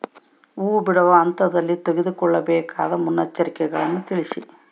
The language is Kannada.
ಹೂ ಬಿಡುವ ಹಂತದಲ್ಲಿ ತೆಗೆದುಕೊಳ್ಳಬೇಕಾದ ಮುನ್ನೆಚ್ಚರಿಕೆಗಳನ್ನು ತಿಳಿಸಿ?